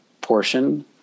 portion